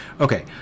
Okay